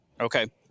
Okay